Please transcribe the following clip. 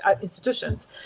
institutions